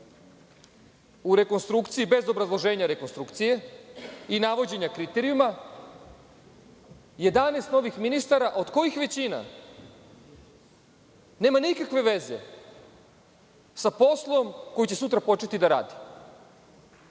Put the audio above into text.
u rekonstrukciji, bez obrazloženja rekonstrukcije i navođenja kriterijuma, 11 novih ministara od kojih većina nema nikakve veze sa poslom koji će sutra početi da radi?